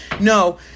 No